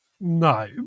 No